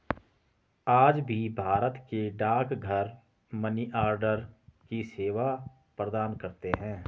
आज भी भारत के डाकघर मनीआर्डर की सेवा प्रदान करते है